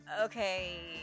okay